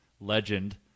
legend